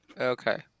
Okay